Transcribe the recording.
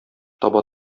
таба